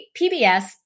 PBS